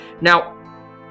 Now